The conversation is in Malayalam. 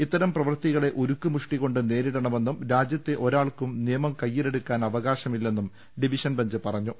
ഇത്തരം പ്രവൃത്തികളെ ഉരുക്ക് മുഷ്ടികൊണ്ട് നേരിടണമെന്നും രാജ്യത്തെ ഒരാൾക്കും നിയമം കയ്യിലെടുക്കാൻ അവകാശമില്ലെന്നും ഡിവിഷൻ ബെഞ്ച് പറഞ്ഞു